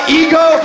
ego